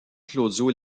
claudio